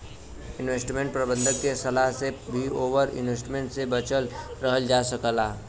investment प्रबंधक के सलाह से भी ओवर इन्वेस्टमेंट से बचल रहल जा सकला